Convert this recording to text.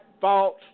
false